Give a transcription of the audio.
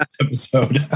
episode